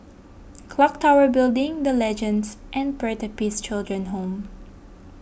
Clock Tower Building the Legends and Pertapis Children Home